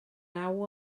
naw